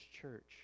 Church